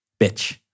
bitch